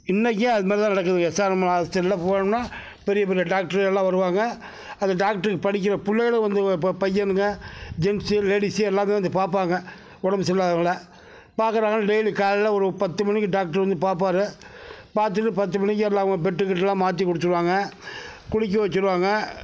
இன்னைக்கும் அது மாதிரி தான் நடக்குதுங்க எஸ்ஆர்எம் ஹாஸ்டலில் போனோம்னால் பெரிய பெரிய டாக்ட்ரு எல்லாம் வருவாங்க அந்த டாக்ட்ருக்கு படிக்கிற பிள்ளைங்களும் வந்து பையனுங்க ஜென்ஸ்சு லேடிஸ்ஸு எல்லாமே வந்து பார்ப்பாங்க உடம்பு சரி இல்லாதவங்களை பார்க்குறாங்க டெய்லி காலையில் ஒரு பத்து மணிக்கு டாக்ட்ரு வந்து பார்ப்பாரு பார்த்துட்டு பத்து மணிக்கு எல்லாம் அவங்க பெட்டு கிட்டயெல்லாம் மாற்றி கொடுத்துருவாங்க குளிக்க வச்சுருவாங்க